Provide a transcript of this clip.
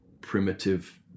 primitive